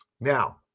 Now